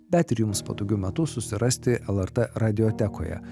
bet ir jums patogiu metu susirasti lrt radiotekoje